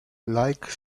like